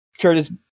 curtis